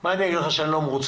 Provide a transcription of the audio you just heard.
מה אני אגיד לך, שאני לא מרוצה?